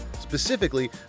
Specifically